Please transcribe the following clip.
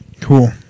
Cool